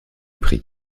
prix